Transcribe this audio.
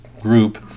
group